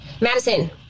Madison